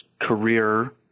career